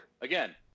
again